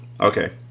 Okay